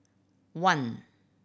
one